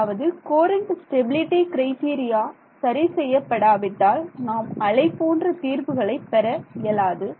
அதாவது current stability criteria சரி செய்யப்படாவிட்டால் நாம் அலை போன்ற தீர்வுகளை பெற இயலாது